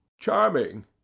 charming